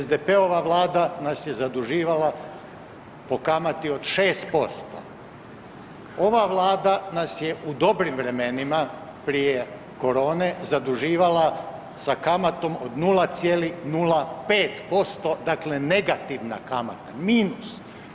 SDP-ova vlada nas je zaduživala po kamati od 6%. ova Vlada nas je u dobrim vremenima prije korone zaduživala sa kamatom od 0,05% dakle negativna kamata, minus.